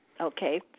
Okay